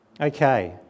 Okay